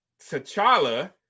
T'Challa